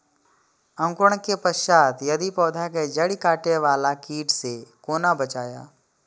अंकुरण के पश्चात यदि पोधा के जैड़ काटे बाला कीट से कोना बचाया?